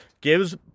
gives